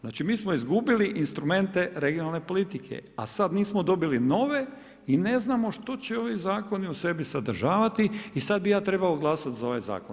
Znači mi smo izgubili instrumente regionalne politike, a sada nismo dobili nove i ne znamo što će ovi zakoni u sebi sadržavati i sada bi ja trebao glasati za ovaj zakon.